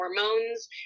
hormones